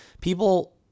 people